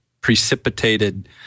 precipitated